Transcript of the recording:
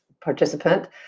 participant